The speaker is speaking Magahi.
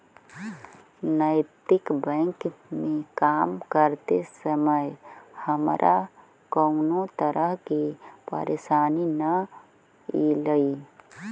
नैतिक बैंक में काम करते समय हमारा कउनो तरह के परेशानी न ईलई